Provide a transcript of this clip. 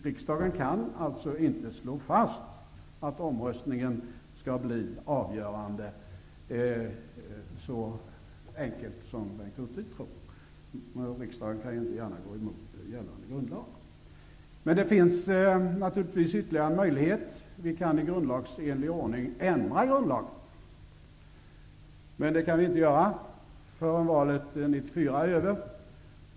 Riksdagen kan alltså inte så enkelt som Bengt Hurtig tror slå fast att omröstningen skall vara avgörande, eftersom riksdagen inte gärna kan gå emot gällande grundlag. Det finns naturligtvis ytterligare en möjlighet. Man kan i grundlagsenlig ordning ändra grundlagen, men det går inte förrän valet 1994 är över.